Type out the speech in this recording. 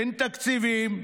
אין תקציבים,